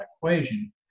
equation